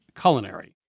culinary